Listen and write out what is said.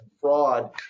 fraud